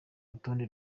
rutonde